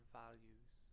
values